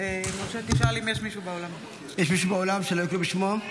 יש מישהו באולם שלא הקריאו בשמו?